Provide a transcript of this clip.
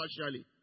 partially